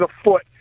afoot